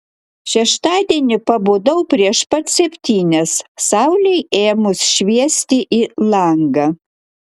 šeštadienį pabudau prieš pat septynias saulei ėmus šviesti į langą